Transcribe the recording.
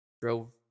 drove